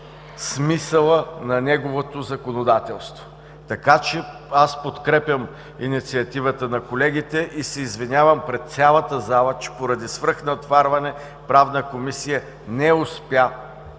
смисъла на неговото законодателство. Аз подкрепям инициативата на колегите и се извинявам пред цялата зала, че поради свръхнатоварване Правната комисия не успя